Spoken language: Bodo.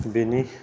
बेनि